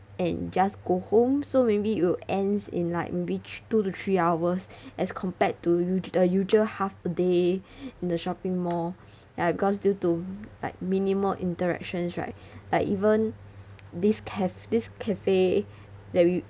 and just go home so maybe it'll ends in like maybe thr~ two to three hours as compared to u~ the usual half a day in the shopping mall ya because due to like minimal interactions right like even these ca~ this cafe that we